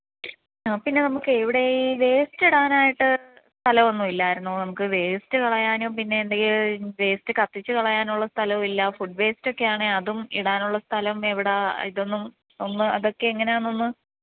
ആ പിന്നെ നമുക്കേ ഇവിടെ ഈ വേയ്സ്സ്റ്റ് ഇടാനായിട്ട് സ്ഥലമൊന്ന് ഇല്ലായിരുന്നു നമുക്ക് വേസ്റ്റ് കളയാനും പിന്നെ എന്തേലും വേസ്റ്റ് കത്തിച്ച് കളയാനുള്ള സ്ഥലവില്ല ഫുഡ് വേസ്റ്റൊക്കെയാണെൽ അതും ഇടാനുള്ള സ്ഥലം എവിട ഇതൊന്നും ഒന്നും അതൊക്കെ എങ്ങനെയാണെന്ന് ഒന്ന്